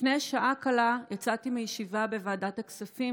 לפני שעה קלה יצאתי מישיבה בוועדת הכספים